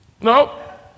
No